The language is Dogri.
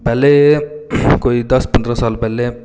पैह्लें कोई दस पंदरांं साल पैह्लें